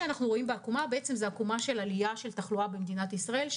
זאת עקומה של עלייה בתחלואה במדינת ישראל,